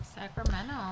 Sacramento